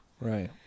Right